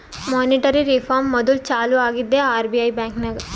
monetary reform module ಚಾಲೂ ಆಗಿದ್ದೆ RBI ಬ್ಯಾಂಕ್ನಾಗ್